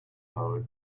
mode